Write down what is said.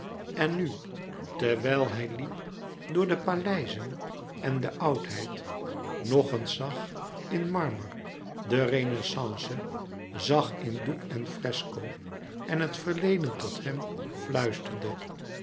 en nu terwijl hij liep door de paleizen en de oudheid nog eens zag in marmer de renaissance zag in doek en fresco en het verleden tot hem fluisterde